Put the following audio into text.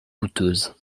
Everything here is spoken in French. coûteuse